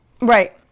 Right